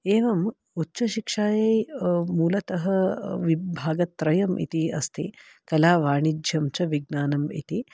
एवम् उच्चशिक्षायै मूलतः विभागत्रयम् इति अस्ति कलावाणिज्यं च विज्ञानम् इति